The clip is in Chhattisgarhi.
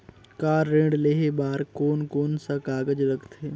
कार ऋण लेहे बार कोन कोन सा कागज़ लगथे?